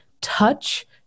touch